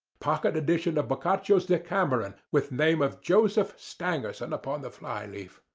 pocket edition of boccaccio's decameron, with name of joseph stangerson upon the fly-leaf.